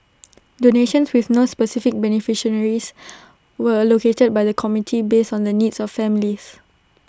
donations with no specific beneficiaries were allocated by the committee based on the needs of families